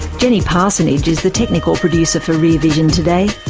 jenny parsonage is the technical producer for rear vision today.